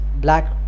black